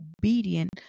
obedient